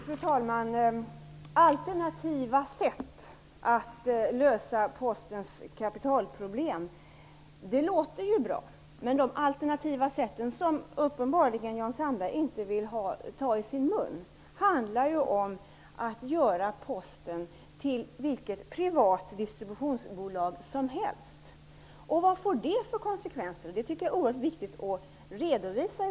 Fru talman! Alternativa sätt att lösa kapitalproblem låter ju bra. Men de alternativa sätten, som uppenbarligen Jan Sandberg inte vill ta i sin mun, handlar om att göra Posten till vilket privat distributionsbolag som helst. Vad får det för konsekvenser? Det tycker jag är oerhört viktigt att redovisa.